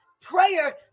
Prayer